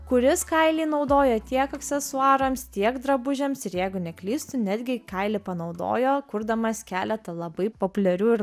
kuris kailį naudoja tiek aksesuarams tiek drabužiams ir jeigu neklystu netgi kailį panaudojo kurdamas keletą labai populiarių ir